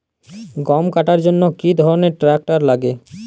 গম কাটার জন্য কি ধরনের ট্রাক্টার লাগে?